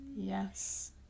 Yes